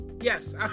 yes